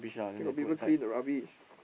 where got people clean the rubbish